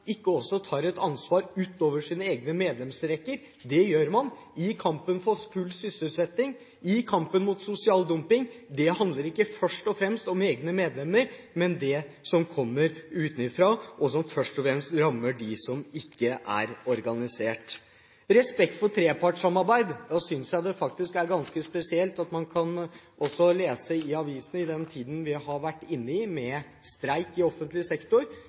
ikke også tar et ansvar utover sine egne medlemsrekker. Det gjør man i kampen for full sysselsetting og i kampen mot sosial dumping. Det handler ikke først og fremst om egne medlemmer, men det som kommer utenfra, og som først og fremst rammer dem som ikke er organisert. Respekt for trepartssamarbeid: Da synes jeg det faktisk er ganske spesielt at man også kan lese i avisene, i den tiden vi har vært inne i med streik i offentlig sektor,